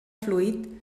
fluid